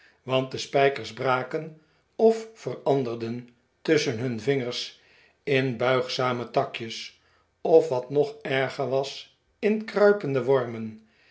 want de spijkers braken of veranderden tusschen nun vingers in buigzame takjes of wat nog erger was in kruipende wormen